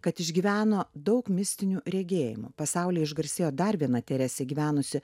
kad išgyveno daug mistinių regėjimų pasaulyje išgarsėjo darviną teresė gyvenusi